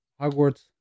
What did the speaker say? Hogwarts